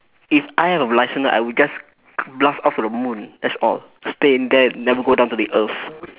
if I have a licence I would just blast off to the moon that's all stay in there never go down to the earth